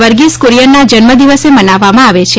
વર્ગીસ કુરિયનના જન્મદિવસે મનાવવામાં આવે છે